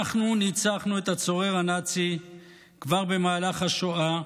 אנחנו ניצחנו את הצורר הנאצי כבר במהלך השואה,